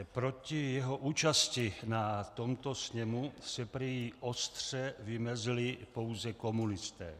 Proti jeho účasti na tomto sněmu se prý ostře vymezili pouze komunisté.